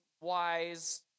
wise